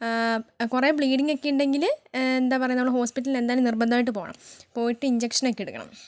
കുറെ ബ്ലീഡിങ് ഒക്കെ ഉണ്ടെങ്കിൽ എന്താ പറയാ നമ്മൾ ഹോസ്പിറ്റലിൽ എന്തായാലും നിർബന്ധമായിട്ടും പോകണം പോയിട്ട് ഇൻജെക്ഷൻ ഒക്കെ എടുക്കണം